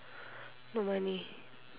no money